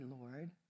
Lord